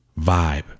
vibe